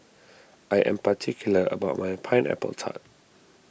I am particular about my Pineapple Tart